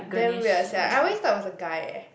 damn weird sia I always thought it was a guy eh